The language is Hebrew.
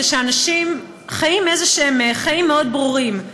שאנשים חיים איזשהם חיים מאוד ברורים: